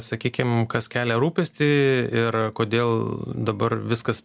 sakykim kas kelia rūpestį ir kodėl dabar viskas